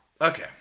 Okay